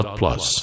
plus